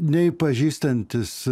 nei pažįstantis